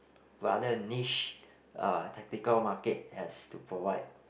rather niche uh tactical market has to provide